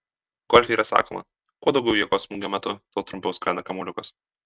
golfe yra sakoma kuo daugiau jėgos smūgio metu tuo trumpiau skrenda kamuoliukas